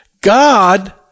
God